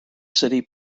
city